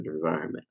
environment